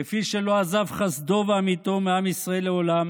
כפי שלא עזב חסדו ואמיתו מעם ישראל לעולם,